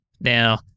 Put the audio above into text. Now